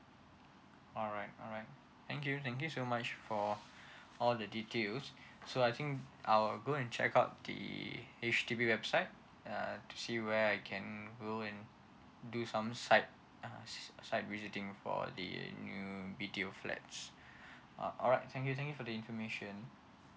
alright alright thank you thank you so much for all the details so I think I'll go and check out the H_D_B website uh to see where I can go and do some site uh site site visiting for the new BTO flats uh alright thank you thank you for the information